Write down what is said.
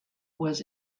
was